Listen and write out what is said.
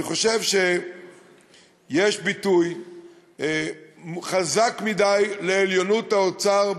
אני חושב שיש ביטוי חזק מדי לעליונות האוצר,